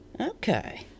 okay